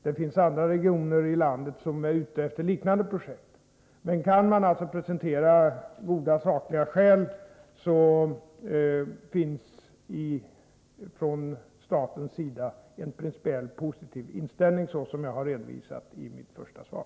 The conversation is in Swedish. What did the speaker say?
Det finns andra regioner i landet som är ute efter liknande projekt, men kan man presentera goda sakliga skäl finns det från statens sida en principiellt positiv inställning, såsom jag har redovisat i mitt svar.